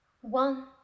One